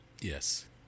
Yes